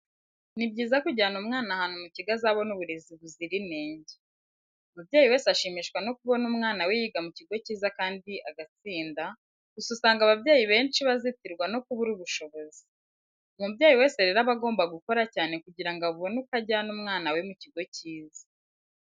Ni byiza kujyana umwana ahantu mu kigo azabona uburezi buzira inenge. Umubyeyi wese ashimishwa no kubona umwana we yiga mu kigo cyiza kandi agatsinda, gusa usanga ababyeyi benshi bazitirwa no kubura ubushobozi. Umubyeyi wese rero aba agomba gukora cyane kugira ngo abone uko ajyana umwana we mu kigo cyiza.